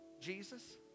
Jesus